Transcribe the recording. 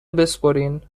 بسپرین